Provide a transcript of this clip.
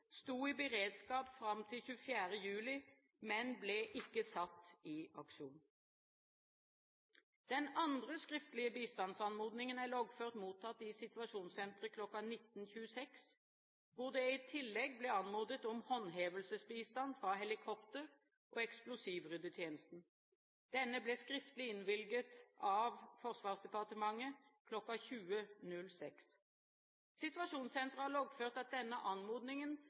sto i beredskap fram til 24. juli, men ble ikke satt i aksjon. Den andre skriftlige bistandsanmodningen er loggført mottatt i Situasjonssenteret kl. 19.26, hvor det i tillegg ble anmodet om håndhevelsesbistand fra helikopter og eksplosivryddetjenesten. Denne ble skriftlig innvilget av Forsvarsdepartementet kl. 20.06. Situasjonssenteret har loggført at denne anmodningen